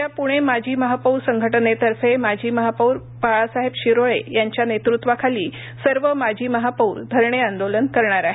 उद्या पुणे माजी महापौर संघटनेतर्फे माजी महापौर बाळासाहेब शिरोळे यांच्या नेतृत्वाखाली सर्व माजी महापौर धरणे आंदोलन करणार आहेत